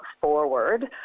forward